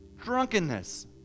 drunkenness